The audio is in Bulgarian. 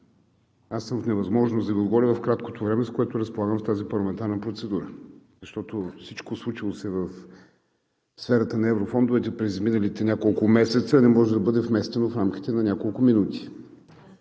аз съм в невъзможност да Ви отговоря в краткото време, с което разполагам в тази парламентарна процедура, защото всичко случило се в сферата на еврофондовете през изминалите няколко месеца не може да бъде вместено в рамките на няколко минути.